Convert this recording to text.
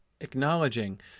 acknowledging